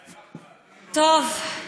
בבקשה.